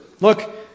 Look